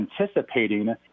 anticipating